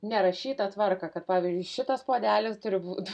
nerašytą tvarką kad pavyzdžiui šitas puodelis turi būt